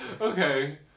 Okay